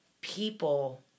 people